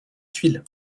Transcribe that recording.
tuiles